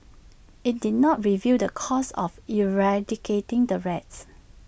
IT did not reveal the cost of eradicating the rats